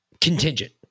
contingent